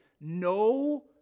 no